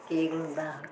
केह् गलोंदा